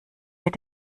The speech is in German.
mit